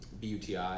BUTI